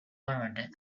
learned